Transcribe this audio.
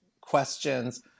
questions